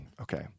Okay